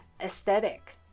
aesthetic